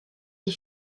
des